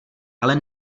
ale